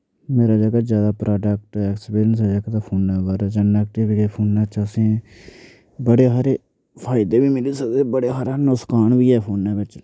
मेरा जेह्का जैदा प्राडक्ट ऐक्सपीरियंस ऐ जेह्का तां फोनै दे बारे च ऐ नैगेटिव जेह्ड़े फोनै च असें ई बड़े हारे फायदे बी मिली सकदे बड़ा हारा नुक्सान बी ऐ फोनै बिच